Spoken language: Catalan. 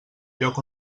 lloc